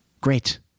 great